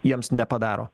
jiems nepadaro